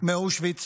מאושוויץ